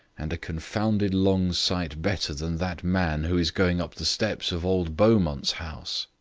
and a confounded long sight better than that man who is going up the steps of old beaumont's house.